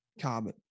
carbon